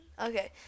Okay